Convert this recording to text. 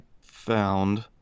found